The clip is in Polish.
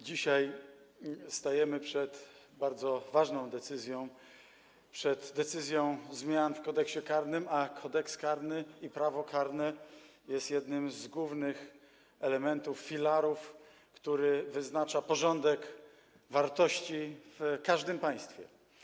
Dzisiaj stajemy przed bardzo ważną decyzją, przed decyzją w sprawie zmian w Kodeksie karnym, a Kodeks karny, prawo karne jest jednym z głównych elementów, filarów, które wyznaczają porządek wartości w każdym państwie.